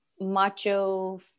macho